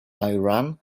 iran